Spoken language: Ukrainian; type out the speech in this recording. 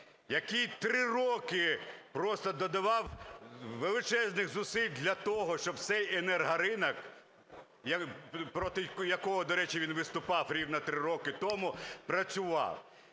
який три роки просто додавав величезних зусиль для того, щоб цей енергоринок, проти якого, до речі, він виступав рівно три роки тому, працював.